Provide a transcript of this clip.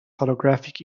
holographic